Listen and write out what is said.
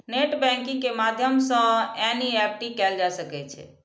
net banking के माध्यम सं एन.ई.एफ.टी कैल जा सकै छै